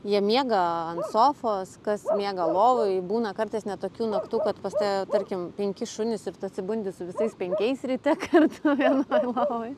jie miega ant sofos kas miega lovoj būna kartais net tokių naktų kad pas tave tarkim penki šunys ir tu atsibundi su visais penkiais ryte kartu vienoj lovoj